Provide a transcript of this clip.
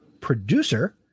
producer